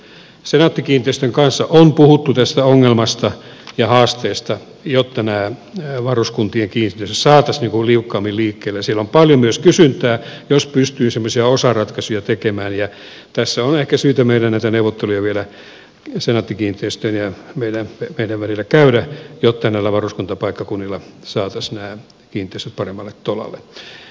senaatti kiinteistöjen kanssa on puhuttu tästä ongelmasta ja haasteesta jotta nämä varuskuntien kiinteistöt saataisiin liukkaammin liikkeelle ja siellä on paljon myös kysyntää jos pystyy semmoisia osaratkaisuja tekemään ja tässä on ehkä syytä meidän näitä neuvotteluja vielä senaatti kiinteistöjen ja meidän välillä käydä jotta näillä varuskuntapaikkakunnilla saataisiin nämä kiinteistöt paremmalle tolalle